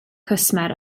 cwsmer